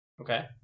Okay